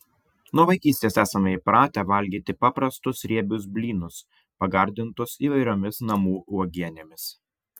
nuo vaikystės esame įpratę valgyti paprastus riebius blynus pagardintus įvairiomis namų uogienėmis